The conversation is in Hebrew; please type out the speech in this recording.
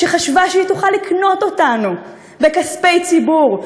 שחשבה שהיא תוכל לקנות אותנו בכספי ציבור,